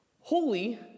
Holy